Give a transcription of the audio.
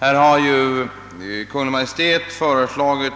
Kungl. Maj:t har föreslagit